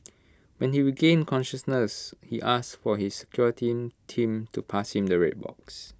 when he regained consciousness he asked for his security team to pass him the red box